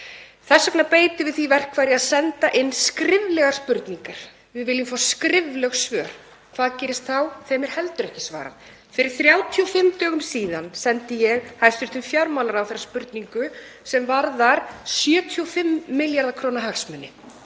Þess vegna beitum við því verkfæri að senda inn skriflegar spurningar. Við viljum fá skrifleg svör. Hvað gerist þá? Þeim er heldur ekki svarað. Fyrir 35 dögum síðan sendi ég hæstv. fjármálaráðherra spurningu sem varðar 75 milljarða kr. hagsmuni.